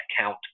account